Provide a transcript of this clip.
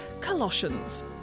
colossians